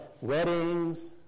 weddings